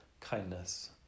kindness